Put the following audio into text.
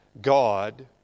God